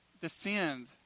defend